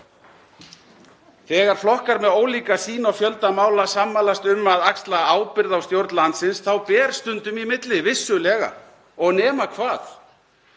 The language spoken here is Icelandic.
Þegar flokkar með ólíka sýn á fjölda mála sammælast um að axla ábyrgð á stjórn landsins þá ber stundum í milli, vissulega, og nema hvað.